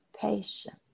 patient